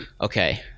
Okay